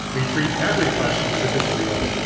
we treat every question as if it's real.